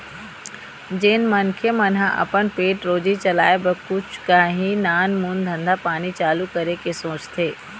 जेन मनखे मन ह अपन पेट रोजी चलाय बर कुछु काही नानमून धंधा पानी चालू करे के सोचथे